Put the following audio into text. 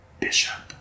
Bishop